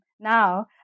now